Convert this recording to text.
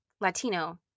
Latino